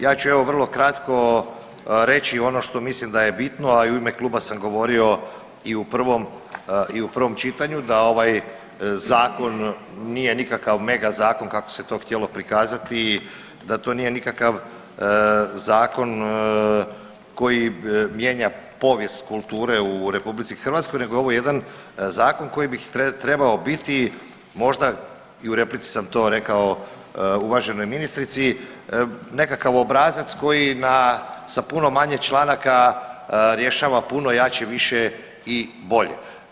Ja ću evo vrlo kratko reći ono što mislim da je bitno, a i u ime kluba sam govorio i u prvom čitanju da ovaj zakon nije nikakav mega zakon kako se to htjelo prikazati, da to nije nikakav zakon koji mijenja povijest kulture u RH, nego je ovo jedan zakon koji bi trebao biti možda i u replici sam to rekao uvaženoj ministrici nekakav obrazac koji sa puno manje članaka rješava puno jače, više i bolje.